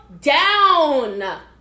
down